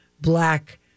black